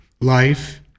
Life